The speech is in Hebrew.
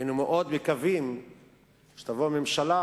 אנו מאוד מקווים שתבוא ממשלה,